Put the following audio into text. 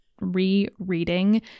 Re-reading